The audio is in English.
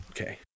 okay